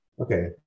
okay